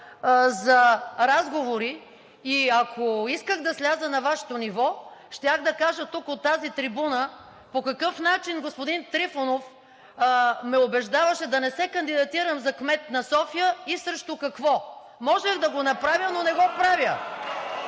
за разговори, и ако исках да сляза на Вашето ниво, щях да кажа тук от тази трибуна по какъв начин господин Трифонов ме убеждаваше да не се кандидатирам за кмет на София и срещу какво. Можех да го направя, но не го правя.